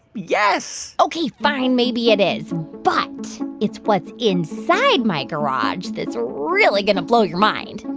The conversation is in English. yes ok, fine. maybe it is. but it's what's inside my garage that's really going to blow your mind.